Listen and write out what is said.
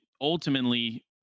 ultimately